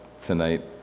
tonight